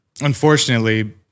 unfortunately